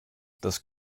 das